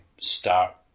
start